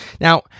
Now